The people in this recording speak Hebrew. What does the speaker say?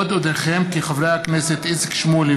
עוד אודיעכם כי חברי הכנסת איציק שמולי